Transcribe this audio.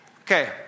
Okay